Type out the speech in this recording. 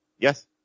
Yes